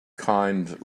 kind